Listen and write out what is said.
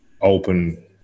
open